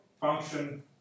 function